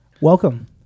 Welcome